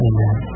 Amen